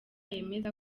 yemeza